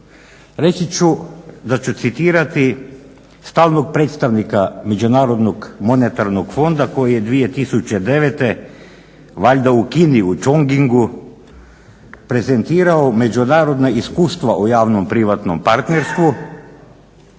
reći ću da ću citirati stalnog predstavnika Međunarodnog monetarnog fonda koji je 2009. valjda u Kini u Changingu prezentirao međunarodna iskustva o javno-privatno partnerstvu